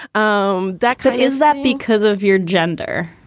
um that good? is that because of your gender?